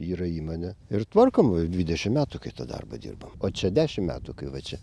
yra įmonė ir tvarkom jau dvidešim metų kai tą darbą dirbam o čia dešim metų kai va čia